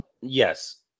yes